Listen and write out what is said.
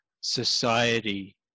society